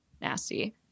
nasty